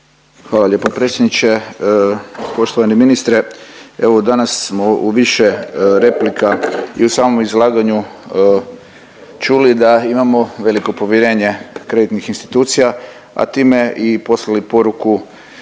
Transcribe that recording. Hvala lijepo predsjedniče, poštovani ministre, evo danas smo u više replika i u samom izlaganju čuli da imamo veliko povjerenje kreditnih institucija, a time i poslali poruku,